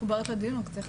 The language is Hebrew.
קורת גג זמנית לנוער